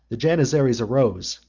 the janizaries arose,